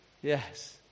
Yes